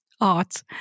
art